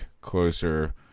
closer